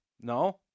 No